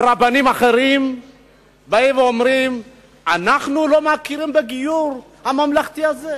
ורבנים אחרים באים ואומרים: אנחנו לא מכירים בגיור הממלכתי הזה.